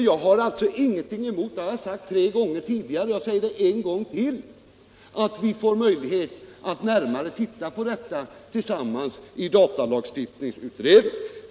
Jag har alltså ingenting emot — det har jag sagt tre gånger tidigare och säger det nu ytterligare en gång — att vi får möjlighet att tillsammans närmare se på den här saken i datalagsutredningen.